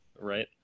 right